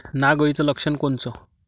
नाग अळीचं लक्षण कोनचं?